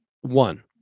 one